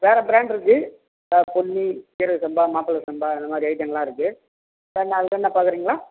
வேறு ப்ராண்ட் இருக்கு பொன்னி சீரகசம்பா மாப்பிள சம்பா அந்தமாதிரி ஐட்டங்கள்லாம் இருக்கு வேணா அது வேணா பார்க்கறீங்களா